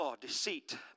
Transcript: deceit